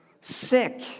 sick